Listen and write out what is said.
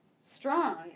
strong